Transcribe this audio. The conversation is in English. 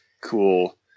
cool